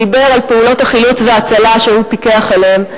דיבר על פעולות החילוץ וההצלה שהוא פיקח עליהן.